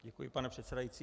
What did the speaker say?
Děkuji, pane předsedající.